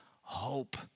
hope